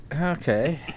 Okay